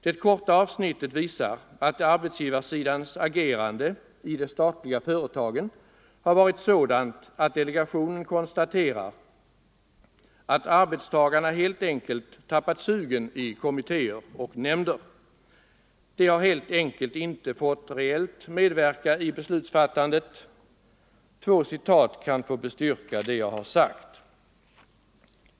Det korta avsnittet visar att arbetsgivarsidans agerande i de statliga företagen har varit sådant att delegationen måste konstatera att arbetstagarna alldeles tappat sugen i kommittéer och nämnder. De har helt enkelt inte fått reellt medverka i beslutsfattandet. — Två citat kan få bestyrka det jag har sagt.